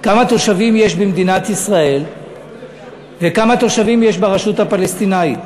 כמה תושבים יש במדינת ישראל וכמה תושבים יש ברשות הפלסטינית.